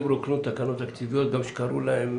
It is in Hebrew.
רוקנו תקנות תקציביות גם כשקראו להם,